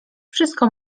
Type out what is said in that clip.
wszystko